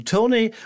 Tony